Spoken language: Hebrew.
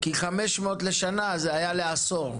כי 500 לשנה זה היה לעשור.